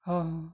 ہاں ہاں